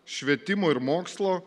švietimo ir mokslo